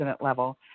level